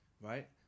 right